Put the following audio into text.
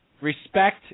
Respect